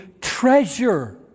treasure